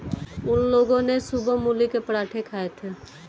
उन लोगो ने सुबह मूली के पराठे खाए थे